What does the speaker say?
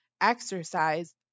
exercise